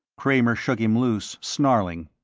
kramer shook him loose, snarling.